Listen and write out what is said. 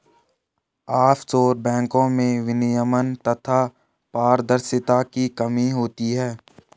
offshore बैंको में विनियमन तथा पारदर्शिता की कमी होती है